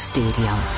Stadium